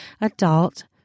adult